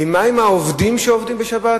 ומה עם העובדים שעובדים בשבת?